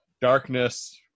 darkness